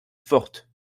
forte